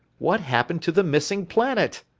what happened to the missing planet?